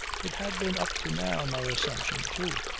it had been up to now my assumption too.